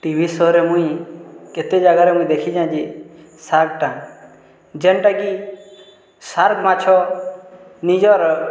ଟି V ସୋ'ରେ ମୁଇଁ କେତେ ଜାଗାରେ ମୁଇଁ ଦେଖିଚେଁ ସାର୍କ୍ଟା ଯେନ୍ଟାକି ସାର୍କ୍ ମାଛ ନିଜର୍